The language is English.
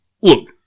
Look